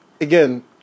again